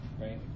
right